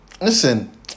Listen